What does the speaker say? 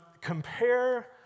compare